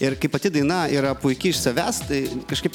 ir kai pati daina yra puiki iš savęs tai kažkaip